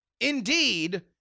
Indeed